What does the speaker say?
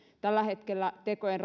tällä hetkellä tekojen